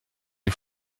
die